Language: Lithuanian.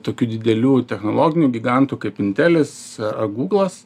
tokių didelių technologinių gigantų kaip intelis a gūglas